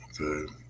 okay